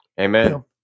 Amen